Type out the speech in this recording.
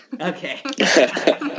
Okay